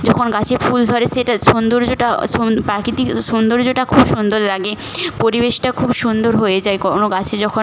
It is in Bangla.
যখন গাছে ফুল ধরে সেটা সৌন্দর্যটা সুন প্রাকৃতিক সৌন্দর্যটা খুব সুন্দর লাগে পরিবেশটা খুব সুন্দর হয়ে যায় কোনো গাছে যখন